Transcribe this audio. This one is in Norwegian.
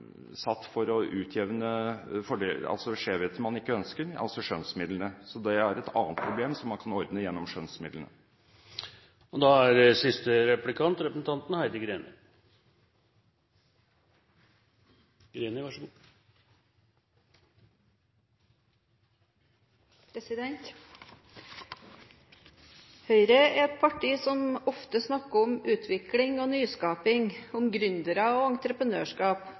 satt for å utjevne skjevheter som man ikke ønsker, altså skjønnsmidlene. Så det er et annet problem som man kan ordne gjennom skjønnsmidlene. Høyre er et parti som ofte snakker om utvikling og nyskaping, om gründere og entreprenørskap,